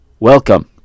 Welcome